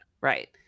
Right